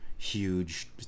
Huge